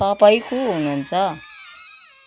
तपाईँ को हुनुहुन्छ